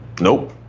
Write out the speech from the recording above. Nope